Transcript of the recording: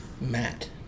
Matt